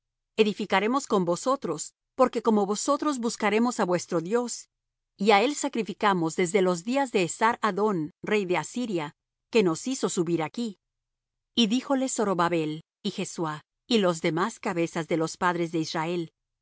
edificaremos con vosotros porque como vosotros buscaremos á vuestro dios y á él sacrificamos desde los días de esar haddón rey de asiria que nos hizo subir aquí y dijóles zorobabel y jesuá y los demás cabezas de los padres de israel